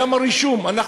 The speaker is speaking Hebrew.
למה גם הרישום לא ייעשה כך?